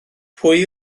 pwy